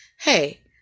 Hey